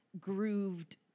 grooved